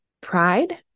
Pride